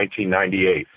1998